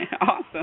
Awesome